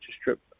Strip